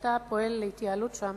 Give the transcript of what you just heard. וכשאתה פועל להתייעלות שם,